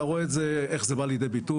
אתה רואה את זה איך זה בא לידי ביטוי.